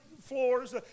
floors